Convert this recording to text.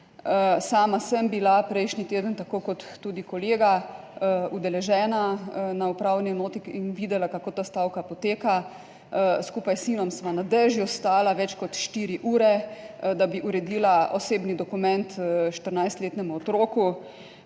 Sama sem bila prejšnji teden tako kot tudi kolega udeležena na upravni enoti in videla, kako ta stavka poteka. Skupaj s sinom sva na dežju stala več kot 4 ure, da bi uredila osebni dokument 14-letnemu otroku.